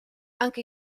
anche